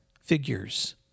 figures